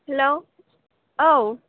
हेल' औ